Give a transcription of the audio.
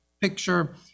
picture